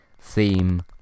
theme